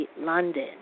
London